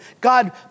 God